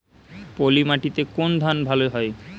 পলিমাটিতে কোন ধান ভালো হয়?